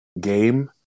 game